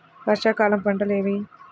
వర్షాకాలం పంటలు ఏవి?